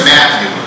Matthew